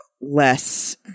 less